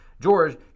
George